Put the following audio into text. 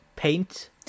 paint